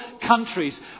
countries